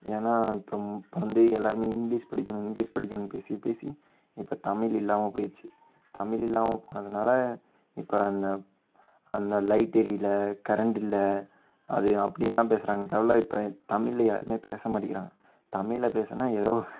ஏன்னா இப்போ வந்து எல்லாருமே இங்கிலீஷ் படிக்கணும் இங்கிலீஷ் படிக்கணும் பேசி பேசி இப்போ தமிழ் இல்லாமல் போய்டுச்சு தமிழ் இல்லாமல் போனதுனால இப்போ அந்த அதில் அந்த எரியவில கரண்ட் இல்லை அது அப்படித்தான் பேசுகிறாங்களே தவிர இப்போ தமிழில் யாருமே பேசமாட்டைக்குறாங்க தமிழில் பேசுனா ஏதோ